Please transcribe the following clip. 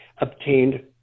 obtained